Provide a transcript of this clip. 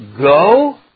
go